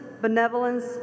benevolence